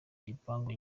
gipangu